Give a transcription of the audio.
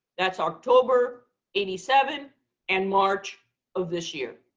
that's october eighty seven and march of this year.